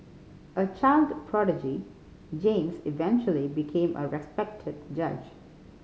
a child prodigy James eventually became a respected judge